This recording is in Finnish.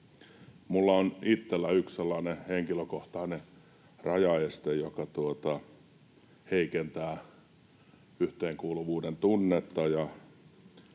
minulla on itselläni yksi sellainen henkilökohtainen rajaeste, joka heikentää yhteenkuuluvuuden tunnetta